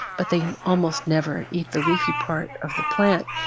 but they almost never eat the leafy part of the plant,